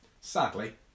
sadly